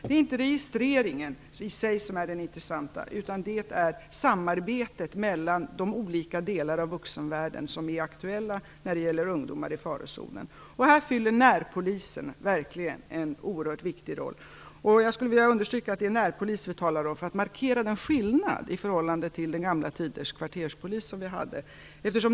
Det är inte registreringen i sig som är det intressanta, utan det är samarbetet mellan de olika delarna av vuxenvärlden som är aktuellt när det gäller ungdomar i farozonen. Här fyller närpolisen verkligen en oerhört viktig funktion. Jag vill understryka att det är närpolis vi talar om för att markera skillnaden i förhållande till den gamla tiders kvarterspolis som vi hade.